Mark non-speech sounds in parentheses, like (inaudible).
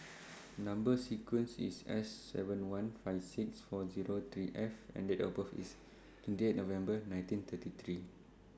(noise) Number sequence IS S seven one five six four Zero three F and Date of birth IS twenty eight November nineteen thirty three